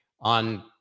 on